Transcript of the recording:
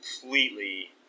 completely